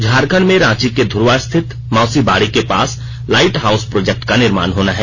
झारखंड में रांची के ध्र्वा स्थित मौसी बाड़ी के पास लाइट हाउस प्रोजेक्ट का निर्माण होना है